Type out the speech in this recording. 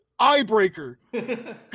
eyebreaker